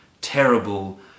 terrible